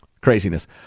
Craziness